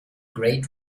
great